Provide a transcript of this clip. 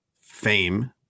fame